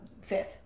fifth